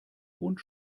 und